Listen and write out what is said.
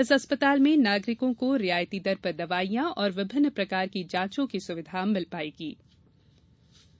इस अस्पताल में नागरिकों को रियायती दर पर दवाईयां और विभिन्न प्रकार की जाचों की सुविधा मिलेगीं